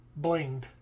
blinged